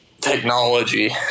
technology